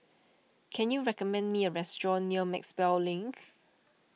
can you recommend me a restaurant near Maxwell Link